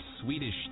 Swedish